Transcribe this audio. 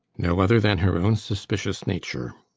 no other than her own suspicious nature.